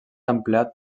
empleat